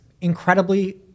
incredibly